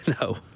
No